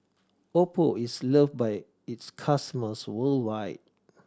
Oppo is loved by its customers worldwide